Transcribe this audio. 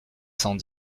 cent